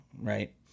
right